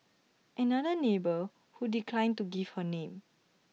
another neighbour who declined to give her name